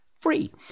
free